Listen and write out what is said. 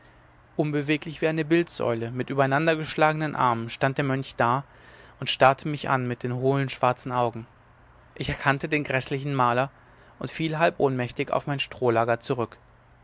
unbeweglich wie eine bildsäule mit übereinandergeschlagenen armen stand der mönch da und starrte mich an mit den hohlen schwarzen augen ich erkannte den gräßlichen maler und fiel halb ohnmächtig auf mein strohlager zurück